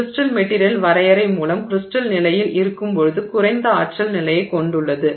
crystal material வரையறை மூலம் crystal நிலையில் இருக்கும்போது குறைந்த ஆற்றல் நிலையைக் கொண்டுள்ளது